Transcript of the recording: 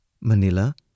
Manila